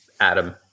adam